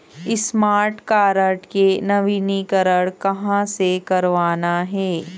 Smart card के नवीनीकरण कहां से करवाना हे?